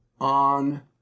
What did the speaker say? on